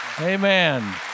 amen